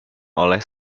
oleh